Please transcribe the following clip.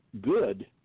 good